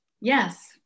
Yes